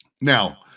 Now